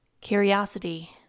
Curiosity